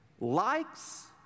likes